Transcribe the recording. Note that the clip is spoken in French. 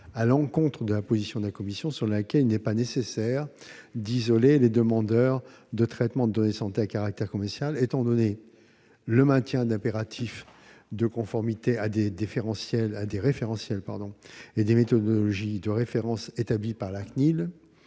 à l'encontre de la position de la commission, selon laquelle il n'est pas nécessaire d'isoler les demandeurs de traitements de données de santé à caractère commercial, étant donné le maintien de l'impératif de conformité à des référentiels et des méthodologies de référence établis par la CNIL,